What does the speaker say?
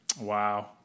Wow